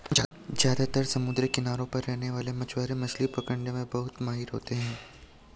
ज्यादातर समुद्री किनारों पर रहने वाले मछवारे मछली पकने में बहुत माहिर होते है